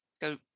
go